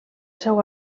seu